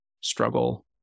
struggle